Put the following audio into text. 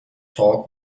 talk